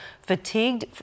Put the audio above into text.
fatigued